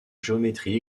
géométrie